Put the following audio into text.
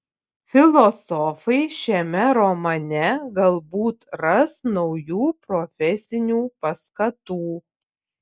filosofai šiame romane galbūt ras naujų profesinių paskatų